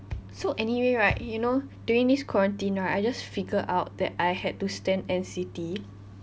so anyway right you know during this quarantine right I just figured out that I had to stan N_C_T